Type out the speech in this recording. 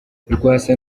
rwasa